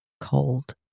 cold